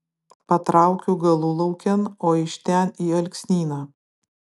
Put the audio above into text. patraukiu galulaukėn o iš ten į alksnyną